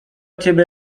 ciebie